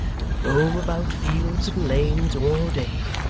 and roam about fields and lanes all day,